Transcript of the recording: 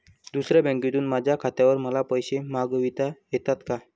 दुसऱ्या बँकेतून माझ्या खात्यावर मला पैसे मागविता येतात का?